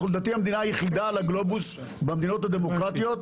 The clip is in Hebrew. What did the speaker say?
אנחנו המדינה היחידה על הגלובוס במדינות הדמוקרטיות,